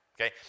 okay